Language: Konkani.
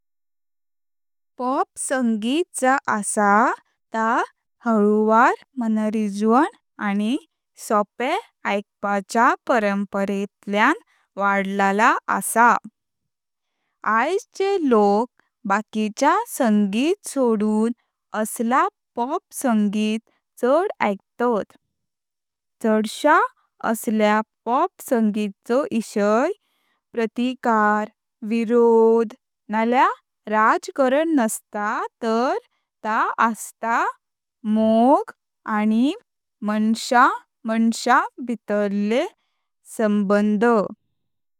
पॉप संगीत जा आस आता हलुवार मंरीज्वान आनी सोप्या आइकपच्या परम्परेंतल्यां वाडलां आसा। आयज चे लोक बकिच्या संगीत सोडून असला पॉप संगीत छाड़ आइकतात। छाड़श्या असल्या पॉप संगीत चो इशय प्रतिकार, विरोध, नलय राजकारण नसता तर ता आस्त मोग आनी मंशा मंशा भितरले संबंध।